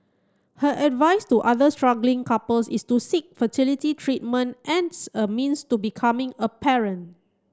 her advice to other struggling couples is to seek fertility treatment as a means to becoming a parent